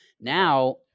Now